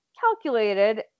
calculated